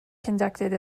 conducted